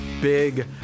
big